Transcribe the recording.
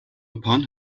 upon